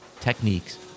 techniques